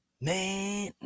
man